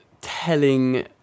telling